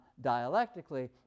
dialectically